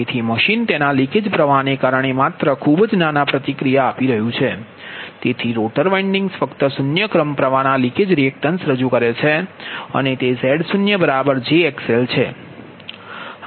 તેથી મશીન તેના લિકેજ પ્રવાહને કારણે માત્ર ખૂબ જ નાના પ્રતિક્રિયા આપે છે તેથી રોટર વાઇંડિન્ગ્સ ફક્ત શૂન્ય ક્રમ પ્રવાહના લિકેજ રિએક્ટેન્સ રજૂ કરે છે અને તે Z0jXl છે આ સમીકરણ 40 છે